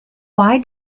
why